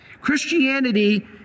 Christianity